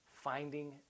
finding